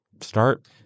start